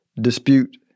dispute